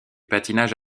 patinage